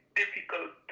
difficult